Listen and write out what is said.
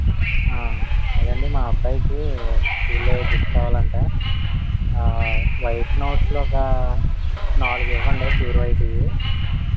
అదేండి మా అబ్బాయికి స్కూల్లో ఏవో బుక్స్ కావలంట ఆ వైట్ నోట్స్లు ఒక నాలుగు ఇవ్వండి ప్యూర్ వైట్వి